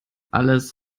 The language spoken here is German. alles